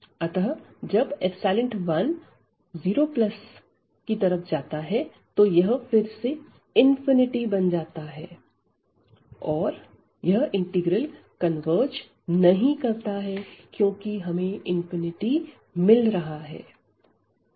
अतः जब 10तो यह फिर से बन जाता है और यह इंटीग्रल कन्वर्ज नहीं करता है क्योंकि हमें मिल रहा है